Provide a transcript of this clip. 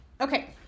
Okay